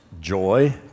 joy